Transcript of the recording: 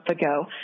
ago